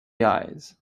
eyes